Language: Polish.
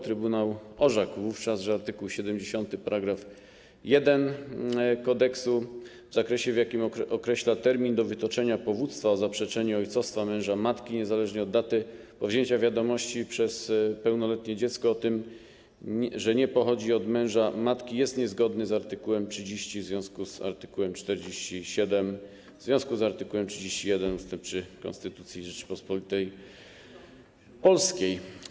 Trybunał orzekł wówczas, że art. 70 § 1 kodeksu w zakresie, w jakim określa termin do wytoczenia powództwa o zaprzeczenie ojcostwa męża matki niezależnie od daty powzięcia wiadomości przez pełnoletnie dziecko o tym, że nie pochodzi od męża matki, jest niezgodny z art. 30 w związku z art. 47 i w związku z art. 31 ust. 3 Konstytucji Rzeczypospolitej Polskiej.